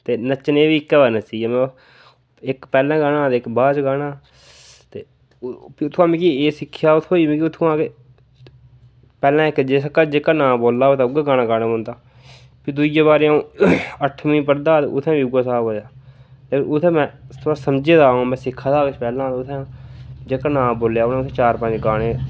ते नच्चने गी बी इक्कै बारी नच्ची गेआ में ते इक पैह्लें गाना हा ते इक बाद च गाना हा ते फ्ही उत्थुआं मिगी एह् सिक्खेआ थ्होई कि मिगी उत्थुआं के पैह्लें इक जिस जेह्का नांऽ बोले दा ते उ'यै गाना गाना पौंदा फ्ही दूई बारी में अठमीं पढ़दा ते उयै स्हाब होएआ पर उत्थें में थोहड़ा समझे दा हा सिक्खे दा पैहलें ता ते मेरा नांऽ बोलेआ ते में उत्थें चार पंज गाने